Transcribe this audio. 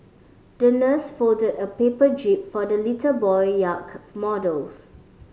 the nurse folded a paper jib for the little boy yacht models